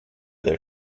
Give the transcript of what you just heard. their